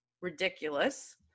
ridiculous